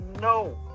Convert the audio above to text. no